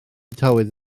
tywydd